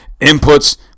inputs